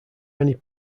many